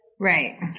Right